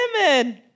women